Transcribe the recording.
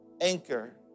anchor